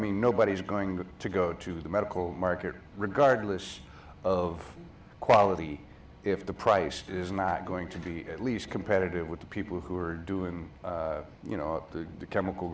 mean nobody's going to go to the medical market regardless of quality if the price is not going to be at least competitive with the people who are doing you know the chemical